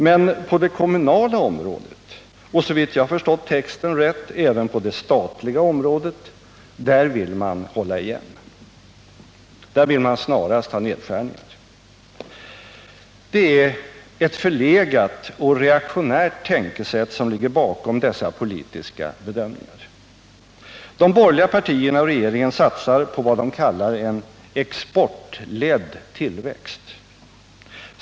Men på det kommunala området och, såvitt jag har förstått texten rätt, även på det statliga området vill man hålla igen. Där vill man snarast ha nedskärningar. Det är ett förlegat och reaktionärt tänkesätt som ligger bakom dessa politiska bedömningar. De borgerliga partierna och regeringen satsar på vad de kallar en ”exportledd tillväxt”.